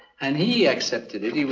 and he accepted it.